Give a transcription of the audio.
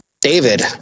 David